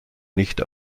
nicht